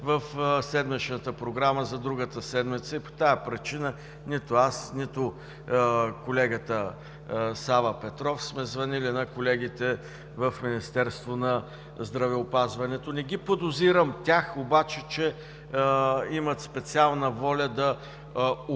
в седмичната програма за другата седмица и по тази причина нито аз, нито колегата Сава Петров сме звънели на колегите в Министерството на здравеопазването. Не ги подозирам тях обаче, че имат специална воля да укриват